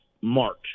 March